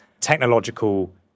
technological